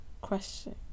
question